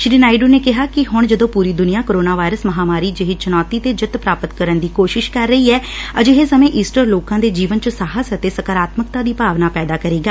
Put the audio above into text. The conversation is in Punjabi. ਸ਼ੀ ਨਾਇਡੁ ਨੇ ਕਿਹਾ ਕਿ ਹੁਣ ਜਦੋਂ ਪੁਰੀ ਦੁਨੀਆ ਕਰੋਨਾ ਵਾਇਰਸ ਮਹਾਮਾਰੀ ਜਿਹੀ ਚੁਣੌਤੀ 'ਤੇ ਜਿੱਤ ਪ੍ਰਾਪਤ ਕਰਨ ਦੀ ਕੋਸ਼ਿਸ਼ ਕਰ ਰਹੀ ਏ ਅਜਿਹੇ ਸਮੇਂ ਈਸਟਰ ਲੋਕਾਂ ਦੇ ਜੀਵਨ 'ਚ ਸਾਹਸ ਅਤੇ ਸਕਾਰਾਤਮਕਤਾ ਦੀ ਭਾਵਨਾ ਪੈਦਾ ਕਰੇਗਾ